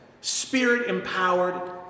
spirit-empowered